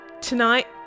tonight